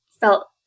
felt